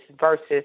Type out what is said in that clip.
versus